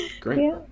Great